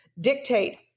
dictate